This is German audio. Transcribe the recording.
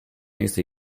nächste